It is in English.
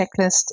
checklist